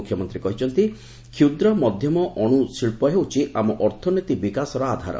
ମୁଖ୍ୟମନ୍ତୀ କହିଛନ୍ତି କ୍ଷୁଦ୍ର ମଧମ ଓ ଅଣୁଶିଳ୍ଚ ହେଉଛି ଆମ ଅର୍ଥନୀତି ବିକାଶର ଆଧାର